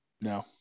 No